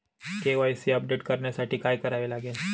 KYC update करण्यासाठी काय करावे लागेल?